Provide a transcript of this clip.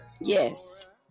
Yes